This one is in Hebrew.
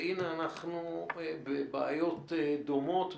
והינה אנחנו בבעיות דומות,